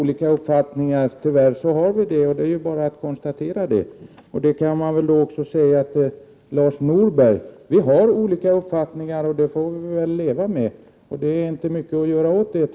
Herr talman! Tyvärr är det bara att konstatera att Paul Lestander och jag har olika uppfattningar. Det kan jag också säga till Lars Norberg. Vi får leva med att vi har olika uppfattningar — det är tyvärr inte mycket att göra åt det.